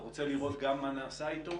ורוצה לראות גם מה נעשה איתו